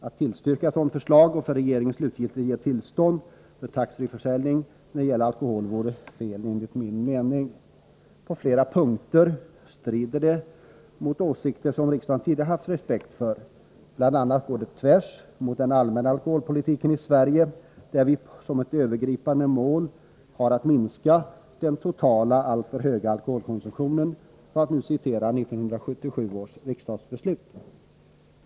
Att tillstyrka ett sådant förslag och regeringen slutligen ge tillstånd till tax-free-försäljning när det gäller alkohol vore enligt min mening fel. På flera punkter strider det mot åsikter som riksdagen tidigare haft respekt för. Bl. a. är det tvärtemot den allmänna alkoholpolitiken i Sverige, där vi har som ett övergripande mål att minska den ”totala alltför höga alkoholkonsumtionen”, för att nu citera 1977 års riksdagsbeslut.